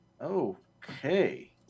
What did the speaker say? Okay